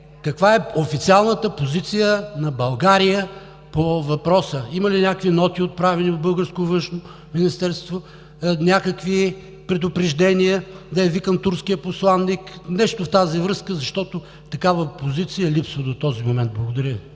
каква е официалната позиция на България по въпроса? Има ли някакви ноти, отправени от българското Външно министерство, някакви предупреждения, дали е викан турският посланик – нещо в тази връзка, защото такава позиция липсва до този момент?! Благодаря